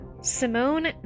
simone